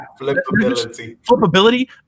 Flippability